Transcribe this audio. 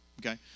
Okay